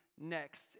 next